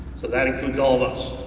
so that includes all of us.